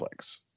Netflix